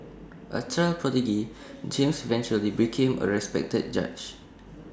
A child prodigy James eventually became A respected judge